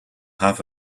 half